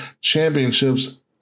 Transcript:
Championships